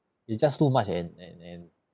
it just too much and and and